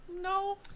No